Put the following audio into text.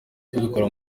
kubikora